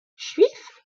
juifs